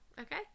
okay